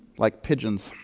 like pigeons.